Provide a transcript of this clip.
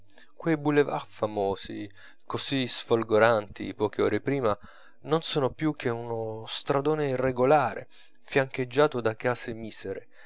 quei boulevards famosi così sfolgoranti poche ore prima non sono più che uno stradone irregolare fiancheggiato da case misere